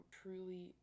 truly